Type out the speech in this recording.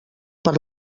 per